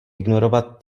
ignorovat